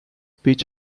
peach